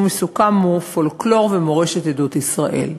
עיסוקם הוא פולקלור ומורשת עדות ישראל.